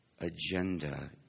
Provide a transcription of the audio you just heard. agenda